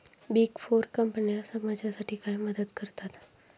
Big four कंपन्या समाजासाठी काय मदत करतात?